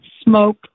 smoke